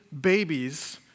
babies